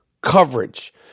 coverage